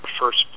first